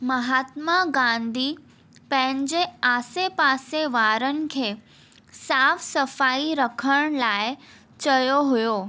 महात्मा गांधी पंहिंजे आसे पासे वारनि खे साफ़ सफ़ाई रखण लाइ चयो हुयो